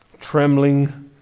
Trembling